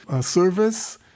service